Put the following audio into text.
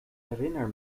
herinner